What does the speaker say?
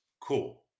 Cool